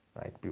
right